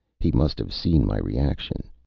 he must have seen my reaction.